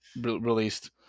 released